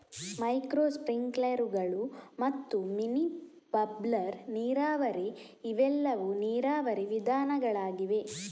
micro ಸ್ಪ್ರಿಂಕ್ಲರುಗಳು ಮತ್ತು mini bubbler ನೀರಾವರಿ ಇವೆಲ್ಲವೂ ನೀರಾವರಿ ವಿಧಾನಗಳಾಗಿವೆ